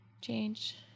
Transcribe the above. change